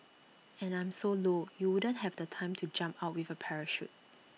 and I'm so low you wouldn't have the time to jump out with A parachute